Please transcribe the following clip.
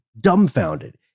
dumbfounded